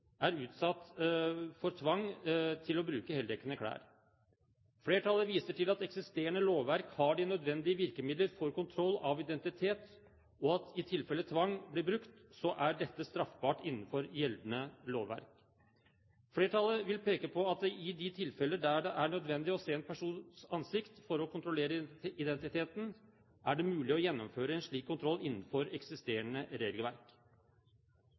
er utsatt for tvang til å bruke heldekkende klær. Flertallet viser til at eksisterende lovverk har de nødvendige virkemidler for kontroll av identitet, og at i tilfelle tvang blir brukt, er dette straffbart innenfor gjeldende lovverk. Flertallet vil peke på at det i de tilfellene der det er nødvendig å se en persons ansikt for å kontrollere identiteten, er det mulig å gjennomføre en slik kontroll innenfor eksisterende regelverk.